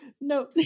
no